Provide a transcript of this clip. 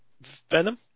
Venom